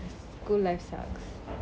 school life sucks